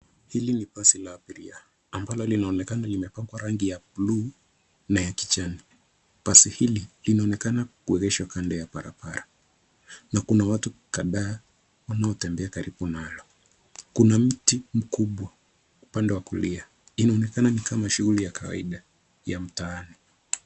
Hili ni basi la abiria, ambalo linaonekana limepakwa rangi ya bluu, na ya kijani. Basi hili, linaonekena kuegeshwa barabarani, na kuna watu kadhaa, wanaotembea karibu nayo. Kuna mti mkubwa, upande wa kulia, inaonekana ni kama shughuli ya kawaida, ya mtaani.